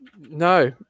No